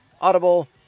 Audible